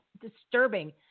disturbing